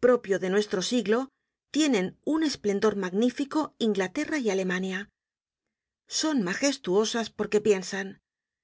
propio de nuestro siglo tienen un esplendor magnífico inglaterra y alemania son magestuosas porque piensan la